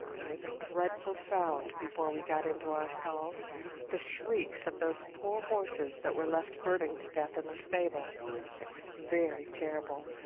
there was a dreadful sound before we got into our stalls the shrieks of those poor horses that were left burning to death in the stable it was very terrible!